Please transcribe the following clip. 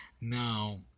now